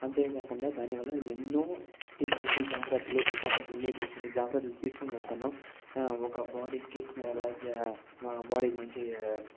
అంతేకాకుండా దాని వల్ల నేను ఎన్నో తీసుకునే జాగ్రత్తలు ప్రికాషన్స్ ఎన్నో తీసుకొని జాగ్రత్తలు తీసుకొని వెళ్తాను ఒక బాడీ కి లైక్ బాడీ కి మంచి